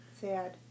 Sad